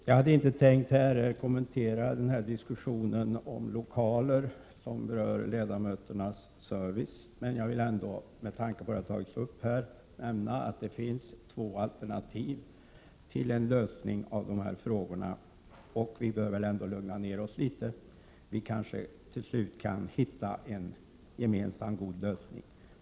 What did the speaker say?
Fru talman! Jag hade inte tänkt att här kommentera diskussionen om lokaler som berör ledamöternas service, men jag vill ändå, med tanke på att det har tagits upp, nämna att det finns två alternativ till lösning av de här frågorna. Vi bör väl ändå lugna ned oss litet — vi kanske till slut kan hitta en gemensam, god lösning.